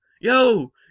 Yo